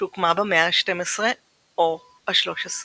שהוקמה במאה ה-12 או ה-13.